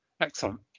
Excellent